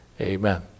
Amen